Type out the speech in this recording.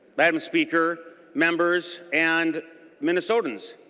but mme. speaker members and minnesotans.